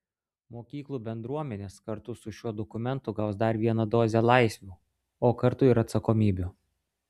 mokyklų bendruomenės kartu su šiuo dokumentu gaus dar vieną dozę laisvių o kartu ir atsakomybių